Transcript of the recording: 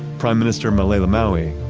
prime minister malielegaoi,